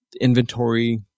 inventory